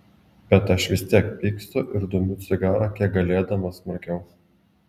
bet aš vis tiek pykstu ir dumiu cigarą kiek galėdamas smarkiau